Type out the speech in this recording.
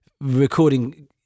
recording